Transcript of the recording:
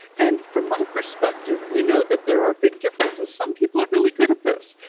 and from my perspective we know that there are big differences. some people are really good at this.